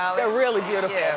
um they're really beautiful. yeah